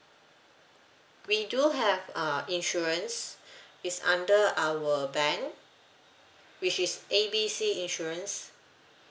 we do have uh insurance it's under our bank which is A B C insurance